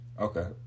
Okay